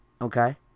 Okay